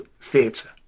Theatre